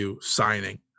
signing